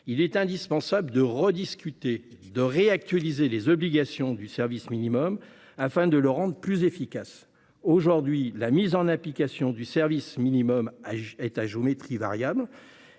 Il est indispensable de rediscuter et de réactualiser les obligations du service minimum afin de le rendre plus efficace. Actuellement, l'application du service minimum est à géométrie variable.